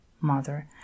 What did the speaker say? mother